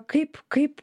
kaip kaip